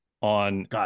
on